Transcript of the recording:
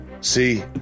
see